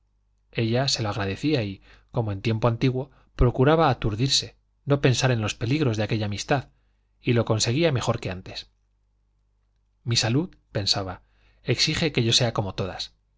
ella se lo agradecía y como en tiempo antiguo procuraba aturdirse no pensar en los peligros de aquella amistad y lo conseguía mejor que antes mi salud pensaba exige que yo sea como todas